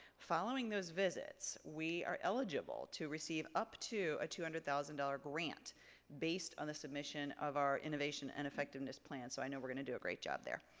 following those visits, we are eligible to receive up to a two hundred thousand dollars grant based on the submission of our innovation and effectiveness plan. so i know we're gonna do a great job there.